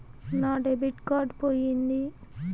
నా debit card పోయింది